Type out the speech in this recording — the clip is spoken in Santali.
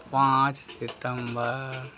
ᱯᱟᱸᱪ ᱥᱤᱛᱮᱢᱵᱚᱨ